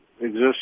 exist